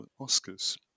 Oscars